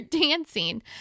dancing